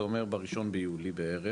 זה אומר בראשון ליולי בערך,